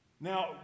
Now